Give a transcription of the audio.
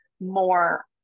more